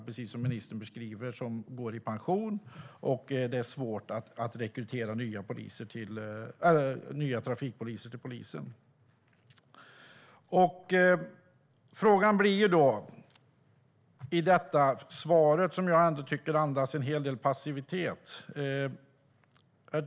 Precis som ministern beskriver är det också många som går i pension, och det är svårt att rekrytera nya trafikpoliser till polisen. Det uppstår en fråga om detta interpellationssvar, som jag tycker andas en hel del passivitet.